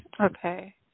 Okay